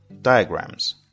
Diagrams